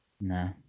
No